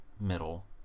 middle